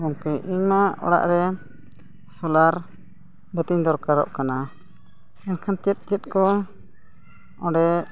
ᱜᱚᱢᱠᱮ ᱤᱧ ᱢᱟ ᱚᱲᱟᱜ ᱨᱮ ᱥᱳᱞᱟᱨ ᱵᱟᱹᱛᱤᱧ ᱫᱚᱨᱠᱟᱨᱚᱜ ᱠᱟᱱᱟ ᱮᱱᱠᱷᱟᱱ ᱪᱮᱫ ᱪᱮᱫ ᱠᱚ ᱚᱸᱰᱮ